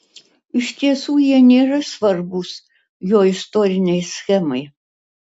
iš tiesų jie nėra svarbūs jo istorinei schemai